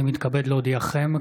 אני מתכבד להודיעכם,